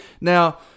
Now